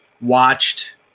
watched –